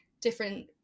different